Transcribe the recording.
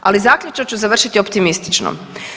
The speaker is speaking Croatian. Ali zaključak ću završiti optimistično.